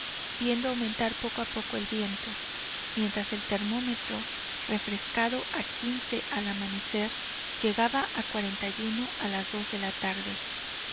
viendo aumentar poco a poco el viento mientras el termómetro refrescado a al amanecer llegaba a a las dos de la tarde